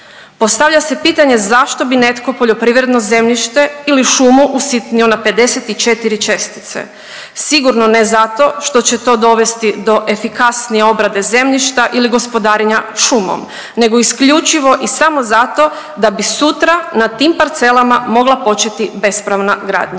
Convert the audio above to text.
Postavlja se pitanje zašto bi netko poljoprivredno zemljište ili šumu usitnio na 54 čestice. Sigurno ne zato što će to dovesti do efikasnije obrade zemljišta ili gospodarenja šumom nego isključivo i samo zato da bi sutra na tim parcelama mogla početi bespravna gradnja.